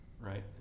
right